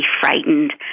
frightened